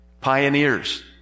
Pioneers